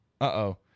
uh-oh